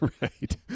Right